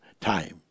time